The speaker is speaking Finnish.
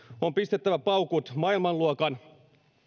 on pistettävä paukut maailmanluokan